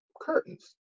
curtains